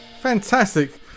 fantastic